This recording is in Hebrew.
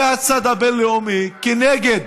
ומהצד הבין-לאומי, כנגד